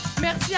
Merci